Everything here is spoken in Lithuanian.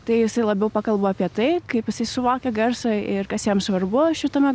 tai jisai labiau pakalba apie tai kaip jisai suvokia garsą ir kas jam svarbu šitame